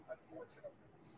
Unfortunately